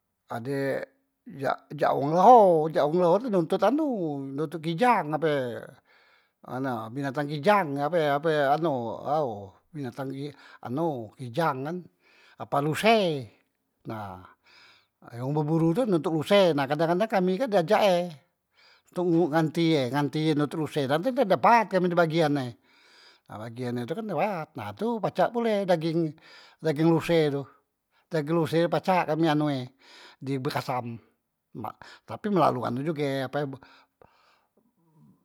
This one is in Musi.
Ade jak, jak wong ngleho, jak wong ngleho tu nuntut anu, nontot gijang ape anu binatang gijang ape ape anu ao binatang anu gijang kan ape ruse, nah yang beburu tu nutut ruse nah kadang- kadang kami kak di ajak e ntuk nganti e, nganti e nutut ruse, nanti de ye dapat bagian e nah bagian ne kan dapat, nah tu pacak pule dageng, dageng ruse tu dageng ruse pacak kami anu e di bekasam, mak tapi melalui anu juge ape pee